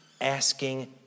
asking